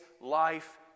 life